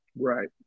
Right